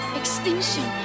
extinction